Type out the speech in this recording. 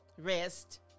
rest